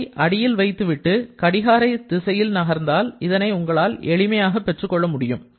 Gஐ அடியில் வைத்துவிட்டு கடிகார திசையில் நகர்ந்தால் இதனை உங்களால் எளிமையாக பெற்றுக்கொள்ள முடியும்